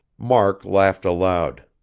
mark laughed aloud.